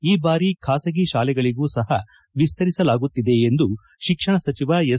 ಈ ಬಾರಿ ಖಾಸಗಿ ಶಾಲೆಗಳಿಗೂ ಸಹ ವಿಸ್ತರಿಸಲಾಗುತ್ತಿದೆ ಎಂದು ಶಿಕ್ಷಣ ಸಚಿವ ಎಸ್